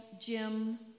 Jim